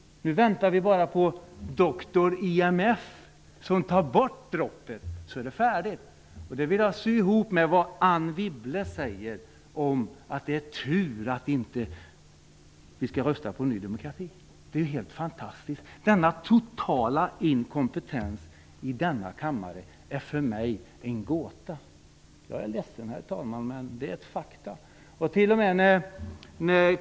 Nu väntar vi bara på dr IMF som tar bort droppet, och sedan är det färdigt. Det här vill jag knyta an till vad Anne Wibble sade om att det är tur att inte flera röstar på Ny demokrati. Det är fantastiskt med den totala inkompetensen i denna kammare. För mig är den en gåta. Jag är ledsen, herr talman, men detta är fakta.